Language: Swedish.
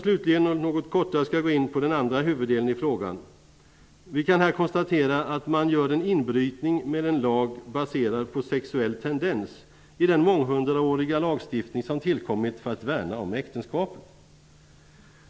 Slutligen skall jag, något mera kortfattat, gå in på den andra huvuddelen i frågan. Vi kan här konstatera att man gör en inbrytning med en lag baserad på sexuell tendens i den månghundraåriga lagstiftning som tillkommit för att värna om äktenskapet.